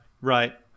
right